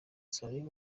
salah